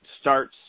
starts